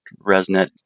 ResNet